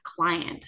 client